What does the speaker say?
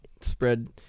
spread